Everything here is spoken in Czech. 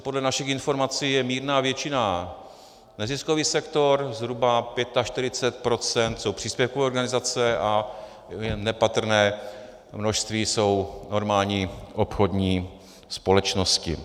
Podle našich informací je mírná většina neziskový sektor, zhruba 45 procent jsou příspěvkové organizace a nepatrné množství jsou normální obchodní společnosti.